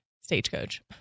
Stagecoach